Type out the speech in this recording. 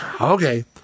okay